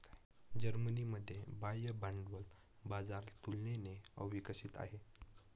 जर्मनीमध्ये बाह्य भांडवल बाजार तुलनेने अविकसित आहे